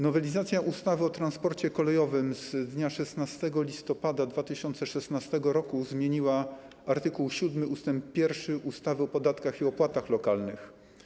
Nowelizacja ustawy o transporcie kolejowym z dnia 16 listopada 2016 r. zmieniła art. 7 ust. 1 ustawy o podatkach i opłatach lokalnych.